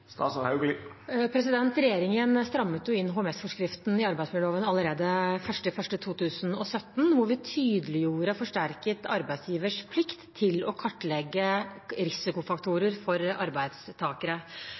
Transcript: Regjeringen strammet inn HMS-forskriften i arbeidsmiljøloven allerede 1. januar 2017, hvor vi tydeliggjorde og forsterket arbeidsgivers plikt til å kartlegge